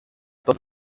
tots